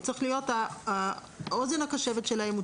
הוא צריך להיות האוזן הקשבת שלהם.